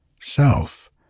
self